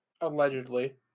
Allegedly